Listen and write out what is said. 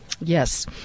Yes